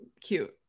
cute